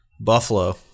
Buffalo